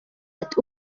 ati